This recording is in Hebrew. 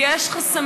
אבל יש חסמים,